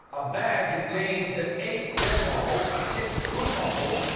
a bag contains eight red marbles, six blue marbles,